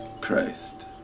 Christ